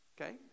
Okay